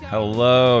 Hello